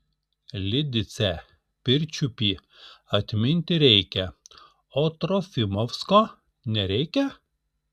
lidicę pirčiupį atminti reikia o trofimovsko nereikia